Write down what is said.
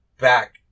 back